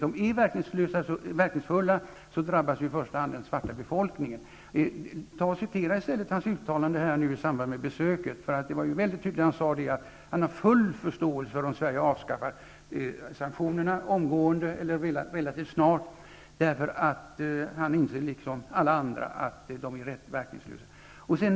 I den utsträckning de är verklingsfulla, drabbas i första hand den svarta befolkningen. Citera nu i stället hans uttalande i samband med besöket! Han var väldigt tydlig och sade att han har full förståelse för om Sverige avskaffar sanktionerna omedelbart -- eller relativt snart --, därför att han liksom alla andra inser att de är rätt verkningslösa.